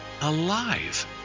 alive